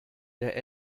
der